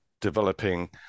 Developing